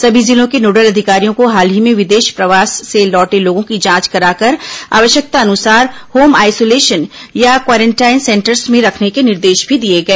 सभी जिलों के नोडल अधिकारियों को हाल ही में विदेश प्रवास से लौटे लोगों की जांच कराकर आवश्यकतानुसार होम आईसोलेशन या क्वारेंटाइन सेंटर्स में रखने के निर्देश भी दिए गए